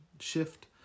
Shift